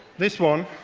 this one.